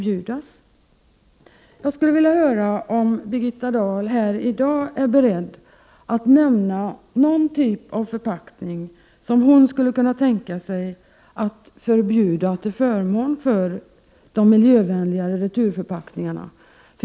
Jag skulle vilja höra om Birgitta Dahl här i dag är beredd att nämna någon typ av förpackning som hon skulle kunna tänka sig att förbjuda till förmån för de miljövänligare returförpackningarna.